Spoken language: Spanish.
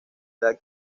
edad